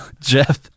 Jeff